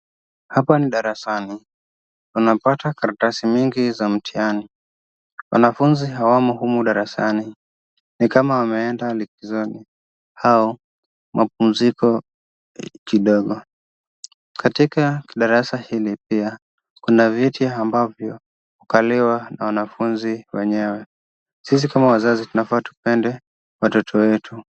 Hapa ni darasani, unapata karatasi mingi za mtihani, wanafuzi hawamo humu darasani, ni kama wameenda likizoni au mapumziko kidogo. Katika darasa hili pia kuna viti ambavyo hukaliwa na wanafunzi wenyewe. Sisi kama wazazi tunafaa tupende watoto wetu.